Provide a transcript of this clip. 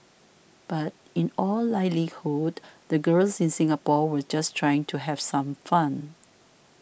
but in all likelihood the girls in Singapore were just trying to have some fun